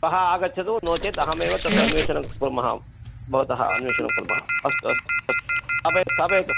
श्वः आगच्छतु नो चेत् अहमेव तत् अन्वेषणं कुर्मः भवतः अन्वेषणं कुर्मः अस्तु अस्तु अस्तु स्थापयतु स्थापयतु